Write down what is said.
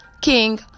king